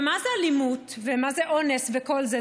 ומה זה אלימות ומה זה אונס וכל זה?